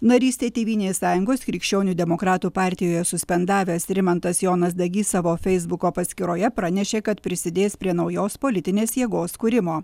narystę tėvynės sąjungos krikščionių demokratų partijoje suspendavęs rimantas jonas dagys savo feisbuko paskyroje pranešė kad prisidės prie naujos politinės jėgos kūrimo